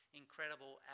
incredible